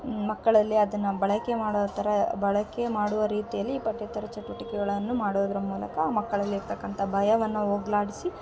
ಮಕ್ಕಳಲ್ಲಿ ಅದನ್ನು ಬಳಕೆ ಮಾಡೋ ಥರ ಬಳಕೆ ಮಾಡುವ ರೀತಿಯಲ್ಲಿ ಪಠ್ಯೇತರ ಚಟುವಟಿಕೆಗಳನ್ನು ಮಾಡೋದರ ಮೂಲಕ ಮಕ್ಕಳಲ್ಲಿ ಇರ್ತಕ್ಕಂಥ ಭಯವನ್ನ ಹೋಗ್ಲಾಡ್ಸಿ